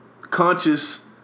conscious